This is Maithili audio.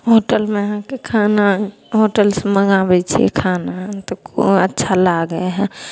होटल मेहक खाना होटलसँ मँगाबै छिए खाना हम तऽ को अच्छा लागै हइ